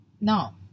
No